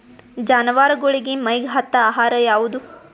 ಜಾನವಾರಗೊಳಿಗಿ ಮೈಗ್ ಹತ್ತ ಆಹಾರ ಯಾವುದು?